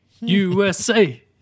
USA